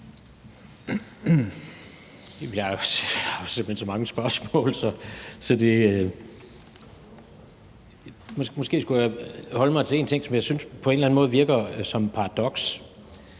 jeg har simpelt hen så mange spørgsmål. Måske skulle jeg holde mig til en ting, som jeg synes på en eller anden måde virker som et paradoks.